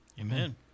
Amen